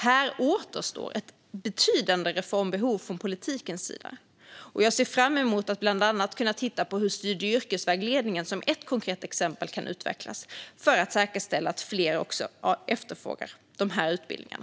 Här återstår ett betydande reformbehov från politikens sida, och jag ser fram emot att bland annat kunna titta på hur studie och yrkesvägledningen som ett konkret exempel kan utvecklas för att säkerställa att fler efterfrågar de här utbildningarna.